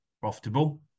profitable